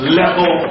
level